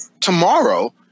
tomorrow